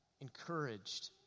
encouraged